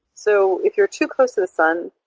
so if you're too close to the sun,